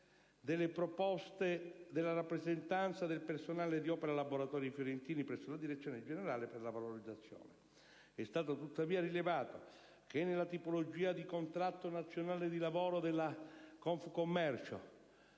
delle proposte della rappresentanza del personale di Opera laboratori fiorentini presso la direzione generale per la valorizzazione. È stato tuttavia rilevato che, nella tipologia di contratto nazionale di lavoro della Confcommercio